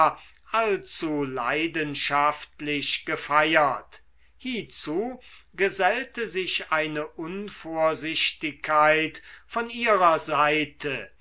allzu leidenschaftlich gefeiert hiezu gesellte sich eine unvorsichtigkeit von ihrer seite